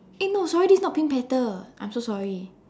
eh no sorry this is not pink panther I'm so sorry